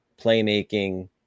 playmaking